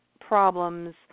problems